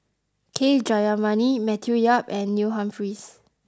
K Jayamani Matthew Yap and Neil Humphreys